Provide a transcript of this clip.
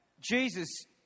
Jesus